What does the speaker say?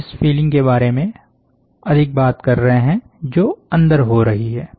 हम इस फीलिंग के बारे में अधिक बात कर रहे हैं जो अंदर हो रही है